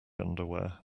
underwear